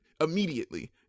immediately